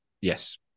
Yes